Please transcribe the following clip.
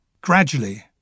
gradually